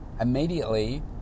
immediately